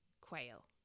quail